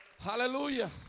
Hallelujah